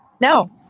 No